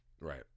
right